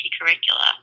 curricula